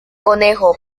conejo